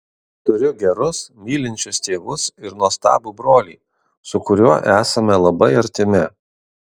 turiu gerus mylinčius tėvus ir nuostabų brolį su kuriuo esame labai artimi